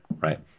right